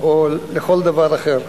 או לכל דבר אחר.